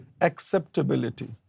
acceptability